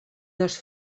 dos